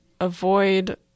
avoid